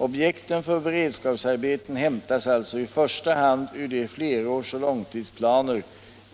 Objekten för beredskapsarbeten hämtas alltså i första hand ur de flerårsoch långtidsplaner